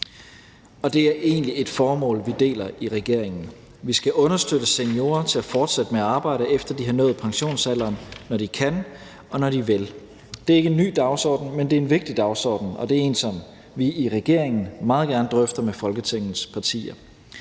og det er egentlig et formål, vi deler i regeringen. Vi skal understøtte seniorer til at fortsætte med at arbejde, efter at de har nået pensionsalderen, når de kan, og når de vil. Det er ikke en ny dagsorden, men det er en vigtig dagsorden, og det er en, som vi i regeringen meget gerne drøfter med Folketingets partier.